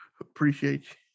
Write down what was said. Appreciate